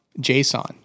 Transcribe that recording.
JSON